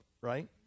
right